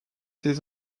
ses